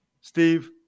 Steve